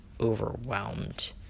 overwhelmed